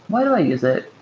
why do i use it?